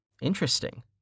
Interesting